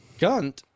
Gunt